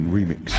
Remix